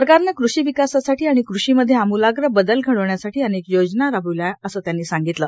सरकारने कृषी विकासासाठी आणि कृषीमध्ये आम्लाग्र बदल घडवण्यासाठी अनेक योजना राबवल्या असं त्यांनी सांगितलं